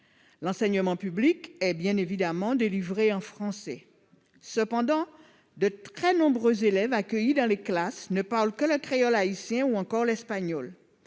L'enseignement public est, bien évidemment, délivré en français. Cependant, de très nombreux élèves accueillis dans les classes ne parlent que le créole haïtien ou l'espagnol.